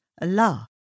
Allah